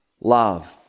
love